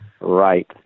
Right